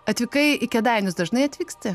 atvykai į kėdainius dažnai atvyksti